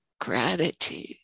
gratitude